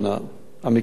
המקרה השני,